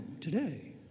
today